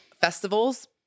Festivals